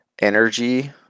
energy